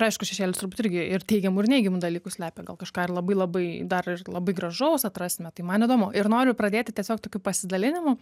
aišku šešėlis turbūt irgi ir teigiamų ir neigiamų dalykų slepia gal kažką ir labai labai dar ir labai gražaus atrasime tai man įdomu ir noriu pradėti tiesiog tokiu pasidalinimu